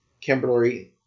Kimberly